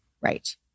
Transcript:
Right